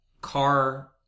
car